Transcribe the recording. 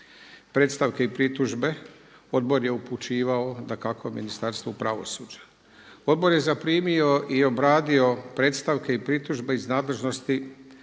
Predstavke i pritužbe Odbor je upućivao dakako Ministarstvu pravosuđa. Odbor je zaprimio i obradio predstavke i pritužbe iz nadležnosti